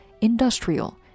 industrial